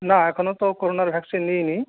না এখনও তো করোনার ভ্যাকসিন নিইনি